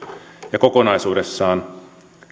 ja kokonaisuudessaan